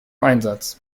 einsatz